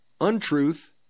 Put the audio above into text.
untruth